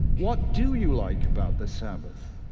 what do you like about the sabbath?